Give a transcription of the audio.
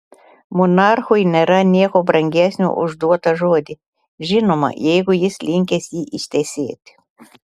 monarchui nėra nieko brangesnio už duotą žodį žinoma jeigu jis linkęs jį ištesėti